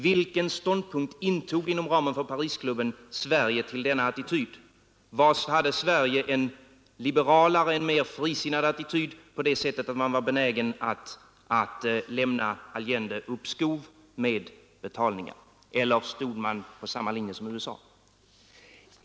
Vilken ståndpunkt intog, inom ramen för Parisklubben, Sverige till denna attityd? Hade Sverige en liberalare, en mer frisinnad attityd, på det sättet att man var benägen att lämna Allende uppskov med betalningar, eller stod man på samma linje som USA?